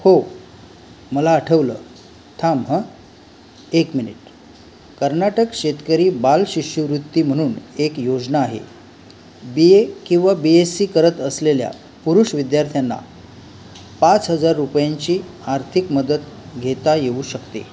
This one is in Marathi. हो मला आठवलं थांब हं एक मिनिट कर्नाटक शेतकरी बाल शिष्यवृत्ती म्हणून एक योजना आहे बी ए किंवा बी एस सी करत असलेल्या पुरुष विद्यार्थ्यांना पाच हजार रुपयांची आर्थिक मदत घेता येऊ शकते